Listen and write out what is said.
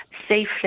safely